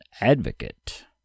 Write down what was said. advocate